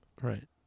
Right